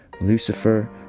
lucifer